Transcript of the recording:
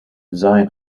design